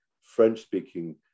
French-speaking